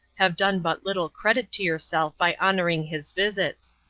have done but little credit to yourself by honoring his visits.